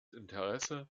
interesse